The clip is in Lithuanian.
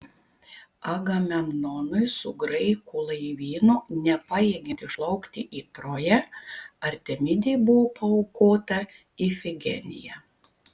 agamemnonui su graikų laivynu nepajėgiant išplaukti į troją artemidei buvo paaukota ifigenija